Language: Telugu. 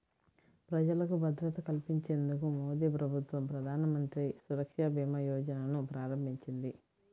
ప్రజలకు భద్రత కల్పించేందుకు మోదీప్రభుత్వం ప్రధానమంత్రి సురక్షభీమాయోజనను ప్రారంభించింది